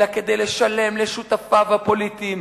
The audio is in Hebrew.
אלא כדי לשלם לשותפיו הפוליטיים,